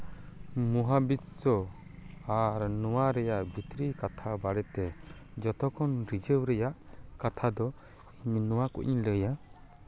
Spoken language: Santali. ᱢᱚᱦᱟ ᱵᱤᱥᱥᱚ ᱟᱨ ᱱᱚᱣᱟ ᱨᱮᱭᱟᱜ ᱵᱷᱤᱛᱨᱤ ᱠᱟᱛᱷᱟ ᱵᱟᱨᱮᱛᱮ ᱡᱚᱛᱚ ᱠᱷᱚᱱ ᱵᱩᱡᱷᱟᱹᱣ ᱨᱮᱭᱟᱜ ᱠᱟᱛᱷᱟ ᱫᱚ ᱱᱚᱣᱟ ᱠᱚᱧ ᱞᱟᱹᱭᱟ